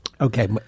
Okay